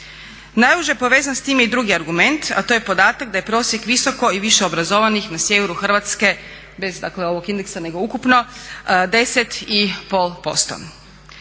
Najuže poveza s tim je i drugi argument a to je podataka da je prosjek visoko i više obrazovanih na sjeveru Hrvatske bez dakle ovog indeksa nego ukupno 10,5%.